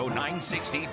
960